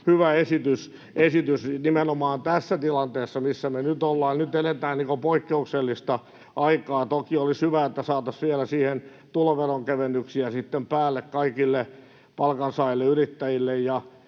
hyvä esitys nimenomaan tässä tilanteessa, missä me nyt ollaan. Nyt eletään niin kuin poikkeuksellista aikaa. Toki olisi hyvä, että saataisiin vielä siihen tuloveronkevennyksiä päälle kaikille palkansaajille, yrittäjille